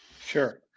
Sure